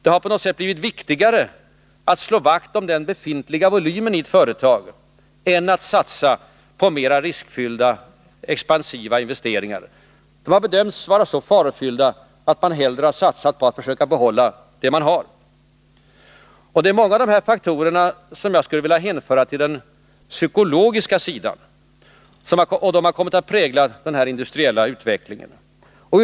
Det har på något sätt blivit viktigare att slå vakt om den befintliga volymen i företagen än att satsa på mera riskfyllda och expansiva investeringar. Dessa har bedömts vara så farofyllda att man hellre har satsat på att försöka behålla det som man har. Det är många av de här faktorerna som har kommit att prägla den industriella utvecklingen som jag skulle vilja hänföra till den psykologiska sidan.